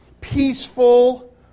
peaceful